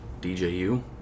DJU